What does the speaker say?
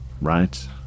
right